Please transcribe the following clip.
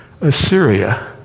Assyria